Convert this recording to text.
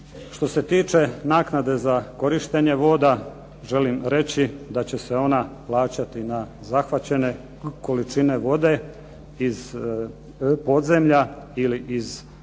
Što se tiče naknade za korištenje voda, želim reći da će se ona plaćati na zahvaćene količine vode iz podzemlja ili iz